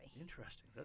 Interesting